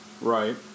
Right